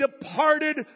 departed